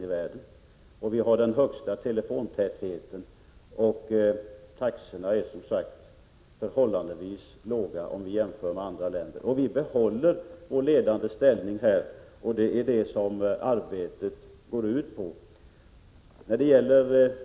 Vi har också den största telefontätheten. Vidare är taxorna, som sagt, förhållandevis låga jämfört med andra länder. Vi behåller vår ledande ställning på detta område, och det är det som arbetet går ut på.